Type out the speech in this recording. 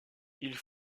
ils